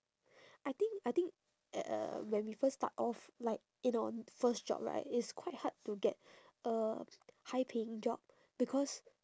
I think I think at uh when we first start off like in on first job right it's quite hard to get a high paying job because